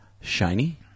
Shiny